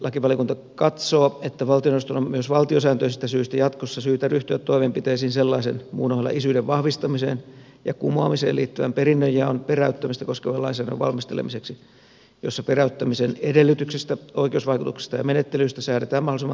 perustuslakivaliokunta katsoo että valtioneuvoston on myös valtiosääntöisistä syistä jatkossa syytä ryhtyä toimenpiteisiin sellaisen muun ohella isyyden vahvistamiseen ja kumoamiseen liittyvän perinnönjaon peräyttämistä koskevan lainsäädännön valmistelemiseksi jossa peräyttämisen edellytyksistä oikeusvaikutuksista ja menettelyistä säädetään mahdollisimman täsmällisesti